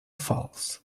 false